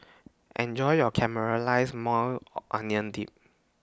Enjoy your Caramelized Maui Onion Dip